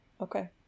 Okay